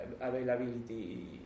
availability